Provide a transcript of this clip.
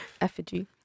Effigy